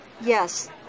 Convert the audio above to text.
Yes